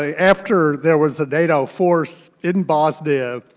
ah after there was a nato force in bosnia,